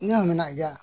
ᱤᱧᱟᱜ ᱦᱚᱸ ᱢᱮᱱᱟᱜ ᱜᱮᱭᱟ